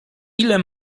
ile